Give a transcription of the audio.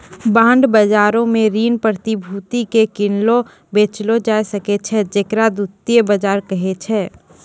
bond बजारो मे ऋण प्रतिभूति के किनलो बेचलो जाय सकै छै जेकरा द्वितीय बजार कहै छै